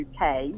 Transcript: UK